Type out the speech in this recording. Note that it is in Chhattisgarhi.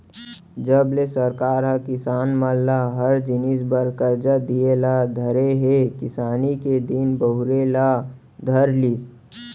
जब ले सरकार ह किसान मन ल हर जिनिस बर करजा दिये ल धरे हे किसानी के दिन बहुरे ल धर लिस